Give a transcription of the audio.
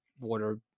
water